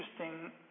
interesting